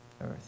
Earth